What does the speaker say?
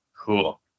Cool